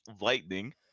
lightning